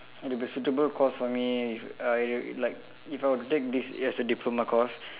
it would be suitable course for me if I like if I were to take this as a diploma course